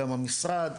גם המשרד.